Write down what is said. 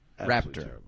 Raptor